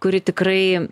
kuri tikrai